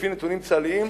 לפי נתונים צה"ליים,